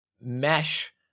mesh